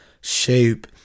shape